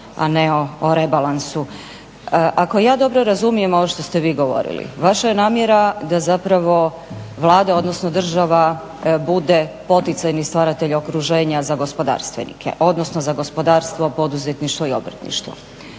Ako ja dobro razumijem ovo što ste vi govorili vaša je namjera da zapravo Vlada, odnosno država bude poticajni stvaratelj okruženja za gospodarstvenike, odnosno za gospodarstvo, poduzetništvo i obrtništvo.